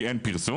כי אין פרסום.